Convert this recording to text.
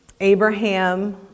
Abraham